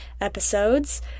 episodes